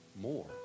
more